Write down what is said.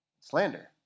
slander